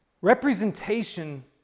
representation